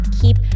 keep